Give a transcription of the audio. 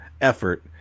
effort